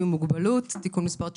שלום, בוקר טוב.